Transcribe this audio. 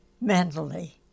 mentally